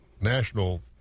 National